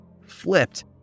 flipped